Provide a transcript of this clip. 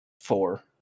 Four